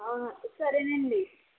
సరేను అండి